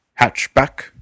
hatchback